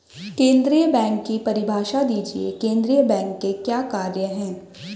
केंद्रीय बैंक की परिभाषा दीजिए केंद्रीय बैंक के क्या कार्य हैं?